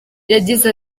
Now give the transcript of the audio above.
yagize